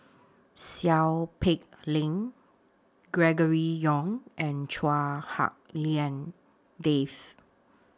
Seow Peck Leng Gregory Yong and Chua Hak Lien Dave